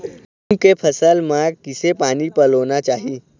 मूंग के फसल म किसे पानी पलोना चाही?